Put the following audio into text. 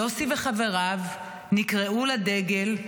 יוסי וחבריו נקראו לדגל,